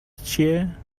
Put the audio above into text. چیه